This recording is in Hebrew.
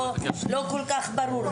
והתיעוד לא כל כך ברור.